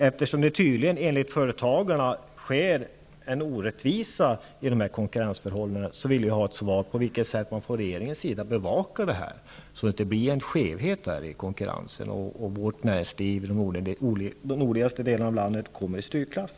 Eftersom det enligt företagarna tydligen sker en orättvisa i konkurensförhållandena, vill jag ha ett svar på frågan på vilket sätt regeringen bevakar det hela, så att det inte blir någon skevhet i konkurrensen och så att näringslivet i de nordligaste delarna av landet inte kommer i strykklass.